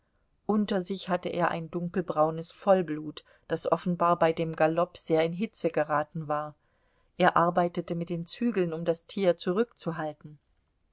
unter sich hatte er ein dunkelbraunes vollblut das offenbar bei dem galopp sehr in hitze geraten war er arbeitete mit den zügeln um das tier zurückzuhalten